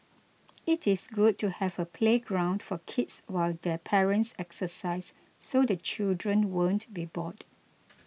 it is good to have a playground for kids while their parents exercise so the children won't be bored